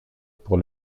pour